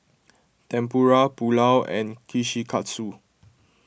Tempura Pulao and Kushikatsu